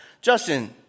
Justin